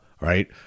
right